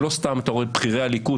ולא סתם אתה רואה את בכירי הליכוד,